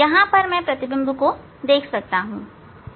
मैं यहां प्रतिबिंब को देख सकता हूं